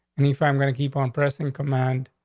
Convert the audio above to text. and if i'm gonna keep on pressing command,